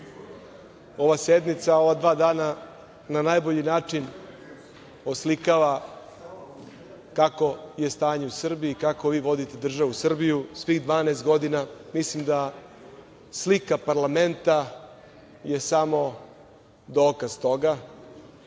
ova sednica ova dva dana na najbolji način oslikava kakvo je stanje u Srbiji, kako vi vodite državu Srbiju svih 12 godina. Mislim da slika parlamenta je samo dokaz toga